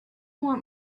want